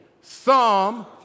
Psalm